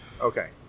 Okay